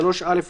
(3א),